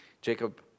Jacob